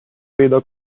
پیدا